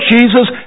Jesus